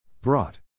Brought